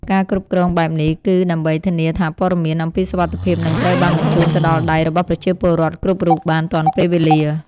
ការគ្រប់គ្រងបែបនេះ គឺដើម្បីធានាថាព័ត៌មានអំពីសុវត្ថិភាពនឹងត្រូវបានបញ្ជូនទៅដល់ដៃរបស់ប្រជាពលរដ្ឋគ្រប់រូបបានទាន់ពេលវេលា។